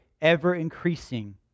ever-increasing